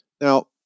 now